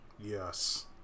Yes